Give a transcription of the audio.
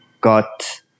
got